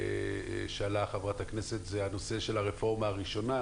שהעלתה חברת הכנסת זה נושא הרפורמה הראשונה.